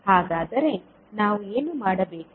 ಹಾಗಾದರೆ ನಾವು ಏನು ಮಾಡಬೇಕು